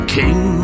king